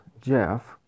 Jeff